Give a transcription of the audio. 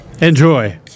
Enjoy